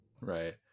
Right